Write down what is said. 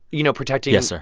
you know, protecting. yes,